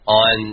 on